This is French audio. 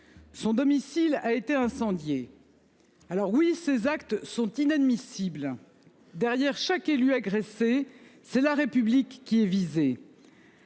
Son domicile a été incendié. Alors oui ces actes sont inadmissibles. Derrière chaque élu agressé, c'est la République qui est visé.